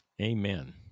amen